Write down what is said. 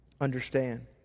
understand